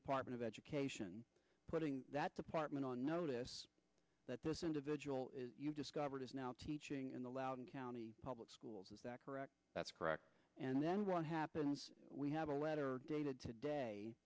department of education putting that department on notice that this individual discovered is now teaching in the loudoun county public schools is that correct that's correct and then what happened is we have a letter dated today